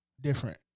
different